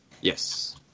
Yes